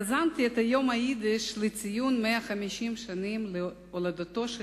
יזמתי את יום היידיש לציון 150 שנה להולדתו של